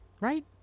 Right